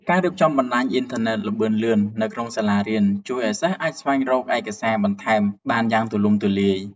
ការរៀបចំបណ្តាញអ៊ីនធឺណិតល្បឿនលឿននៅក្នុងសាលារៀនជួយឱ្យសិស្សអាចស្វែងរកឯកសារបន្ថែមបានយ៉ាងទូលំទូលាយ។